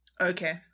Okay